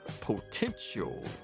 potential